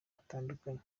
batandukanye